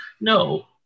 no